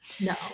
No